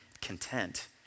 content